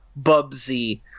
Bubsy